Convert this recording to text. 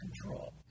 control